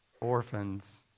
orphans